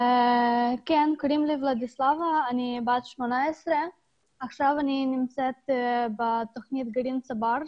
אני ת 18 ועכשיו אני בתוכנית גרעין "צבר"